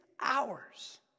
hours